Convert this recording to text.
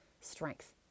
strength